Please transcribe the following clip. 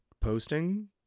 posting